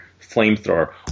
flamethrower